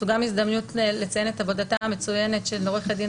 זו גם הזדמנות לציין את עבודתה המצוינת של עורכת הדין,